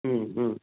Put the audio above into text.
ह्म् ह्म्